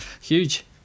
Huge